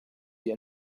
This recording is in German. die